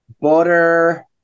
butter